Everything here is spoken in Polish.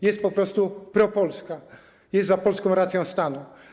Jest po prostu propolska, jest za polską racją stanu.